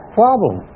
problem